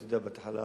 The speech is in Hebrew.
אתה יודע, בהתחלה